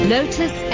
Lotus